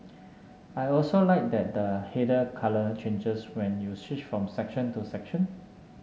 I also like that the header colour changes when you switch from section to section